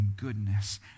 goodness